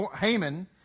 Haman